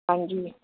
ਹਾਂਜੀ